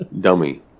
Dummy